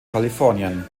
kalifornien